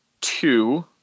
two